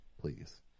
please